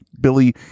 Billy